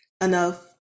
enough